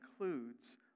includes